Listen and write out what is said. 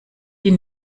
die